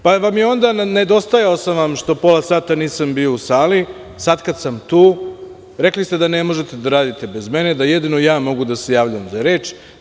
Onda sam vam nedostajao što pola sata nisam bio u sali, a sada kada sam tu, rekli ste da ne možete da radite bez mene i da jedino ja mogu da se javljam za reč.